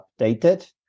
updated